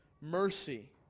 mercy